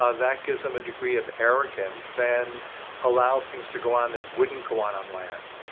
ah that gives them a degree of arrogance and allows things to go on that wouldn't go on on land